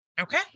Okay